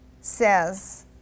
says